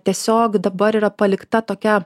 tiesiog dabar yra palikta tokia